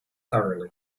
thoroughly